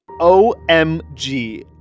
OMG